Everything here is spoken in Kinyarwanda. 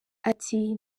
ati